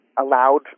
allowed